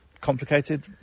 complicated